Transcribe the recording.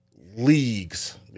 leagues